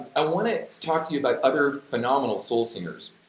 i want to talk to you about other phenomenal soul singers,